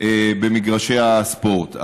במגרשי הספורט.